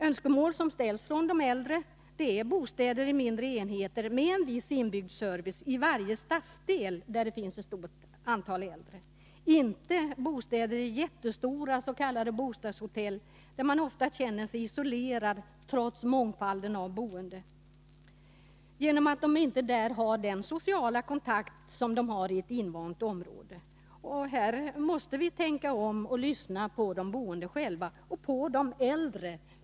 Önskemål som ställs från de äldre är bostäder i mindre enheter med viss inbyggd service i varje stadsdel där det finns ett stort antal äldre. Inte bostäder i jättestora s.k. bostadshotell, där man ofta känner sig isolerad trots mångfalden boende, genom att man inte har kvar sina sociala kontakter i ett invant område. Här måste vi tänka om och lyssna på de boende själva, på de äldre.